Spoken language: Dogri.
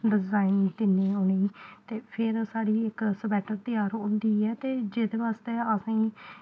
डिज़ाईन दिन्ने होन्ने ते फिर साढ़ी इक स्वैट्टर त्यार होंदी ऐ ते जेह्दे बास्तै असेंगी